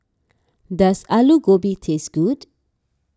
does Alu Gobi taste good